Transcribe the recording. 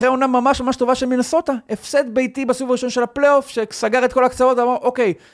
זה עונה ממש ממש טובה של מיניסוטה, הפסד ביתי בסיבוב הראשון של הפליי אופ, שסגר את כל הקצוות ואמר, אוקיי.